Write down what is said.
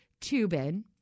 Tubin